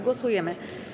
Głosujemy.